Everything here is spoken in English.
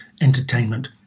entertainment